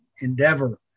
endeavor